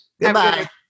Goodbye